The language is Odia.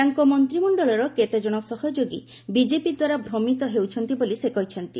ତାଙ୍କ ମନ୍ତ୍ରିମଣ୍ଡଳର କେତେଜଣ ସହଯୋଗୀ ବିଜେପି ଦ୍ୱାରା ଭ୍ରମିତ ହେଉଛନ୍ତି ବୋଲି ସେ କରିଛନ୍ତି